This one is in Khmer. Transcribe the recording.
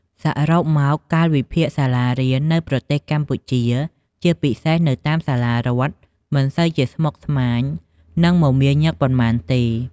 សរុបមក កាលវិភាគសាសារៀននៅប្រទេសកម្ពុជាជាពិសេសនៅតាមសាលារដ្ឋមិនសូវជាស្មុគស្មាញ និងមាមាញឹកប៉ុន្មានទេ។